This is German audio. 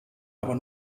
aber